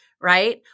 right